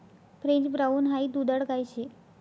French brown high दुधाळ गाय शे